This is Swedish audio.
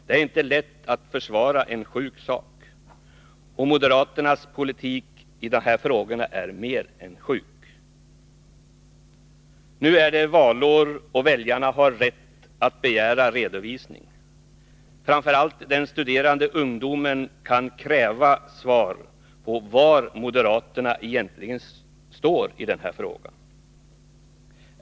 Det är inte lätt att försvara en sjuk sak, och moderaternas politik i de här frågorna är mer än sjuk. Nu är det valår, och väljarna har rätt att begära redovisning. Framför allt den studerande ungdomen kan kräva svar på var moderaterna egentligen står i den här frågan.